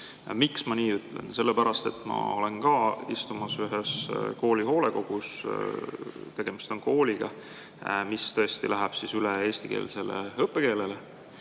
Miks ma nii ütlen? Sellepärast et ma olen ka ühes kooli hoolekogus. Tegemist on kooliga, mis tõesti läheb üle eesti õppekeelele.